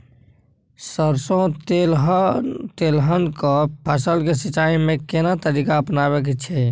सरसो तेलहनक फसल के सिंचाई में केना तरीका अपनाबे के छै?